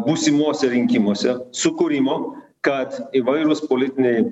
būsimuose rinkimuose sukūrimo kad įvairūs politiniai